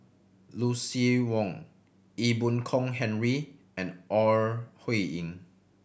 Lucien Wang Ee Boon Kong Henry and Ore Huiying